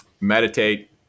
meditate